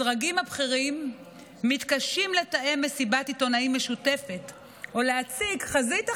הדרגים הבכירים מתקשים לתאם מסיבת עיתונאים משותפת או להציג חזית אחידה,